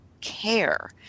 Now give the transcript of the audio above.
care